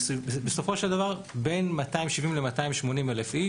בסופו של דבר בין 270 ל-280 אלף איש,